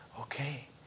okay